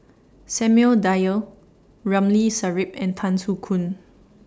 Samuel Dyer Ramli Sarip and Tan Soo Khoon